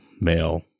male